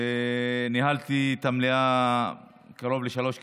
וניהלתי את המליאה קרוב לשלוש קדנציות,